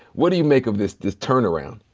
what do you make of this this turnaround?